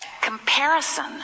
comparison